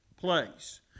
place